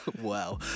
Wow